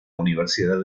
universidad